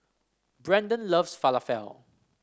Brandan loves Falafel